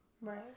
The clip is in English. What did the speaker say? Right